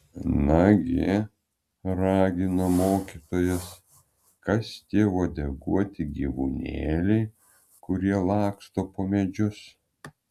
nagi ragino mokytojas kas tie uodeguoti gyvūnėliai kurie laksto po medžius